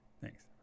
Thanks